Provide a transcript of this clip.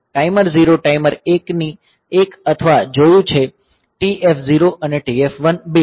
timer 0 timer 1 આપણે જોયું કે TF0 અને TF1 બીટ